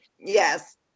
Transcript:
yes